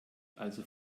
also